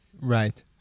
Right